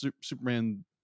superman